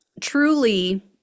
truly